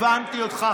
הבנתי אותך.